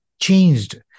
changed